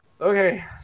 okay